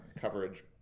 coverage